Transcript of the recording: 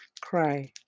cry